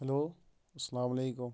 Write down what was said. hello اَسَلامُ علیکُم